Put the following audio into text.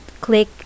click